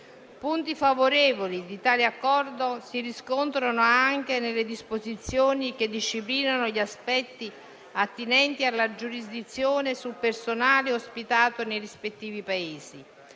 Punti favorevoli di tale Accordo si riscontrano anche nelle disposizioni che disciplinano gli aspetti attinenti alla giurisdizione sul personale ospitato nei rispettivi Paesi,